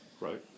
Right